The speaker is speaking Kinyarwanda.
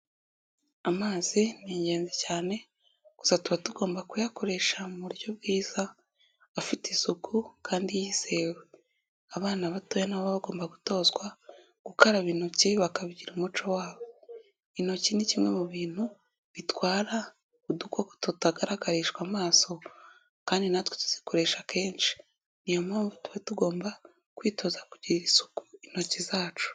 Amazi ni ingenzi cyane, gusa tuba tugomba kuyakoresha mu buryo bwiza, afite isuku kandi yizewe. Abana batoya nabo baba bagomba gutozwa gukaraba intoki bakagira umuco wabo. Intoki ni kimwe mu bintu bitwara udukoko tutagaragarishwa amaso, kandi natwe tuzikoresha kenshi. Niyompamvu tuba tugomba kwitoza kugirira isuku intoki zacu.